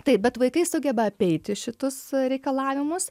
taip bet vaikai sugeba apeiti šitus reikalavimus